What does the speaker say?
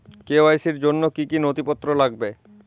KYC র জন্য কি কি নথিপত্র লাগবে?